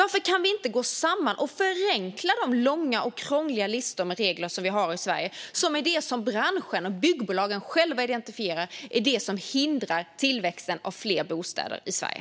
Varför kan vi inte gå samman och förenkla de långa och krångliga listor med regler som vi har i Sverige, som ju är det som branschen och byggbolagen själva identifierar som det som hindrar tillväxten av fler bostäder i Sverige?